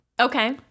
Okay